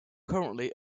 currently